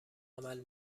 عمل